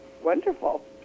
Wonderful